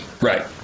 Right